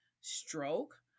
stroke